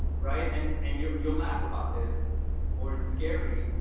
right, and and you'll you'll laugh about this or it's scary,